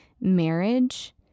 marriage